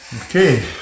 Okay